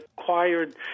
acquired